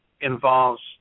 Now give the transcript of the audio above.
involves